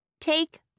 Take